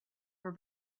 were